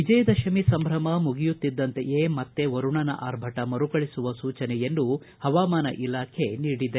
ವಿಜಯ ದಶಮಿಯ ಸಂಭ್ರಮ ಮುಗಿಯುತ್ತಿದ್ದಂತೆಯೇ ಮತ್ತೆ ವರುಣನ ಆರ್ಭಟ ಮರುಕಳಿಸುವ ಸೂಚನೆಯನ್ನು ಹವಾಮಾನ ಇಲಾಖೆ ನೀಡಿದೆ